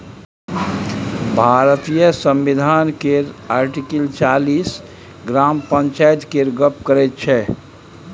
भारतीय संविधान केर आर्टिकल चालीस ग्राम पंचायत केर गप्प करैत छै